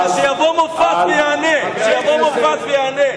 זה לא ערוץ-7, וזה לא ערוץ אחר.